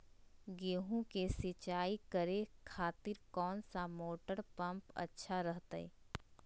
गेहूं के सिंचाई करे खातिर कौन सा मोटर पंप अच्छा रहतय?